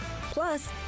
Plus